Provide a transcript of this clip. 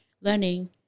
learning